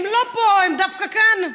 הם לא פה, הם דווקא כאן.